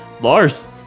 Lars